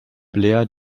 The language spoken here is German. blair